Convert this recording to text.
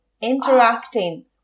interacting